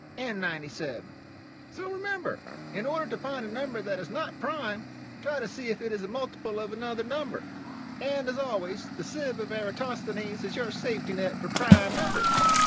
and ninety seven so remember in order to find a number that is not prime try to see if it is a multiple of another number and, as always, the sieve of eratosthenes is your safety net for prime numbers